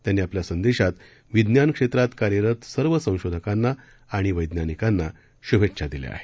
त्यांनी आपल्या संदेशात विज्ञान क्षेत्रात कार्यरत सर्वसंशोधकांना आणि वैज्ञानिकांना शुभेच्छा दिल्या आहेत